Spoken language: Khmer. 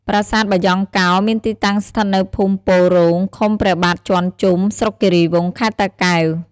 ប្រាសាទបាយ៉ង់កោរមានទីតាំងស្ថិតនៅភូមិញេធិ៍រោង ឃុំព្រះបាទជាន់ជុំ ស្រុកគិរីវង់ ខេត្តតាកែវ។